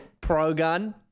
pro-gun